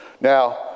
Now